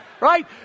right